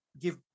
give